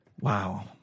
wow